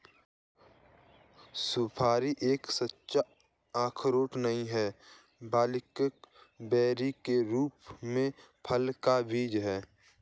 सुपारी एक सच्चा अखरोट नहीं है, बल्कि बेरी के रूप में फल का बीज है